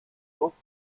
luft